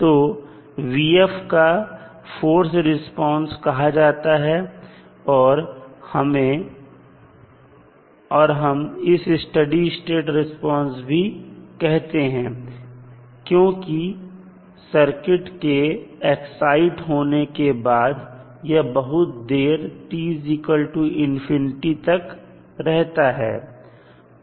तो को force response कहा जाता है और हम इसे स्टडी स्टेट रिस्पांस भी कहते हैं क्योंकि सर्किट के एक्साइड होने के बाद भी यह बहुत देर t तक रहता है